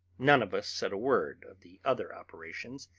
none of us said a word of the other operations,